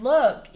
Look